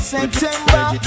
September